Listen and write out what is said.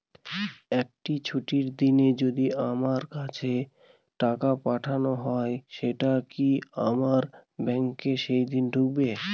একটি ছুটির দিনে যদি আমার কাছে টাকা পাঠানো হয় সেটা কি আমার ব্যাংকে সেইদিন ঢুকবে?